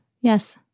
yes